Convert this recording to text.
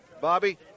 bobby